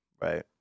right